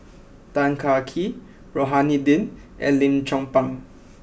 Tan Kah Kee Rohani Din and Lim Chong Pang